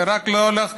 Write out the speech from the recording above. הרי רק לאחרונה,